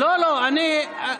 אנשים,